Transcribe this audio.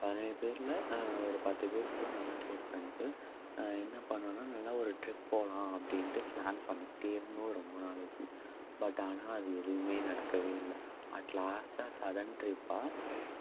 பதினேழு பேரில் ஒரு பத்துப்பேர் கூட நல்ல க்ளோஸ் ஃப்ரெண்ட்ஸு என்ன பண்ணிணோன்னா நல்லா ஒரு ட்ரிப் போகலாம் அப்படின்ட்டு ப்ளான் பண்ணிக்கிட்டே இருந்தோம் ரொம்ப நாளைக்கு பட் ஆனால் அது எதுவுமே நடக்கவே இல்ல அட்லாஸ்ட்டாக சடன் ட்ரிப்பாக